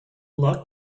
luck